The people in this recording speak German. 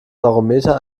barometer